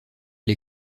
les